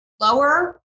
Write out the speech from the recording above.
lower